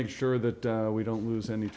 make sure that we don't lose any